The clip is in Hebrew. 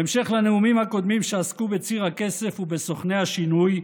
בהמשך לנאומים הקודמים שעסקו בציר הכסף ובסוכני השינוי,